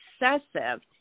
excessive